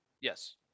Yes